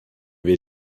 wir